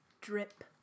drip